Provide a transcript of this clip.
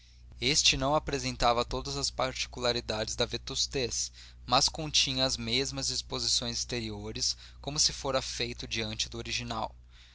este não apresentava todas as particularidades da vetustez mas continha as mesmas disposições exteriores como se fora feito diante do original